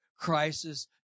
Crisis